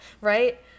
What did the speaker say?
right